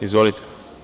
Izvolite.